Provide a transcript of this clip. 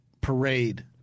parade